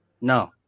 no